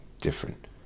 different